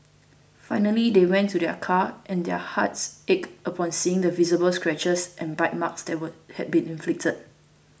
finally they went to their car and their hearts ached upon seeing the visible scratches and bite marks that were had been inflicted